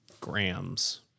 grams